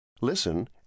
Listen